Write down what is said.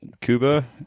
Cuba